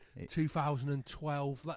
2012